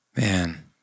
Man